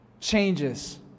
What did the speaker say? changes